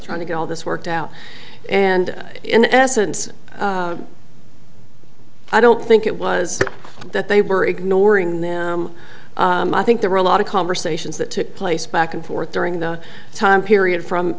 try to get all this worked out and in essence i don't think it was that they were ignoring them i think there were a lot of conversations that took place back and forth during the time period from